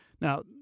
Now